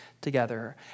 together